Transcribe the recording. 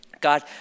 God